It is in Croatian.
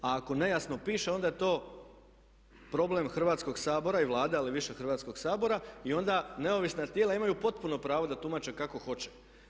A ako nejasno piše onda je to problem Hrvatskog sabora i Vlade ali više Hrvatskog sabora i onda neovisna tijela imaju potpuno pravo da tumače kako hoće.